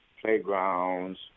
playgrounds